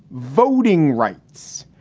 voting rights.